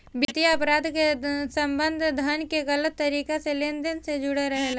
वित्तीय अपराध के संबंध धन के गलत तरीका से लेन देन से जुड़ल रहेला